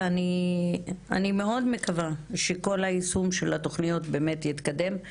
אני מאוד מקווה שכל היישום של התוכניות יתקדם.